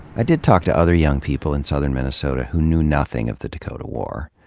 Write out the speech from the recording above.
i did talk to other young people in southern minnesota who knew nothing of the dakota war.